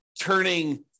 turning